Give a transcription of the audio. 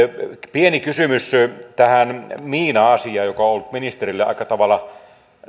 pieni kysymys tähän miina asiaan joka on ollut ministerille aika tavalla